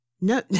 No